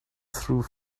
through